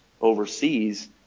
overseas